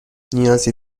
نیازی